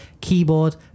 keyboard